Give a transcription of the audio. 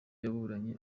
yaburanye